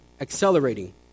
accelerating